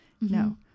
No